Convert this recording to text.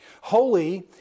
Holy